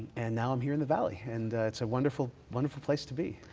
and now i'm here in the valley, and it's a wonderful wonderful place to be.